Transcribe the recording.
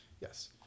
Yes